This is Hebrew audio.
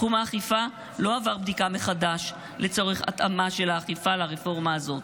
תחום האכיפה לא עבר בדיקה מחדש לצורך התאמה של האכיפה לרפורמה הזאת".